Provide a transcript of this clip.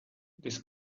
this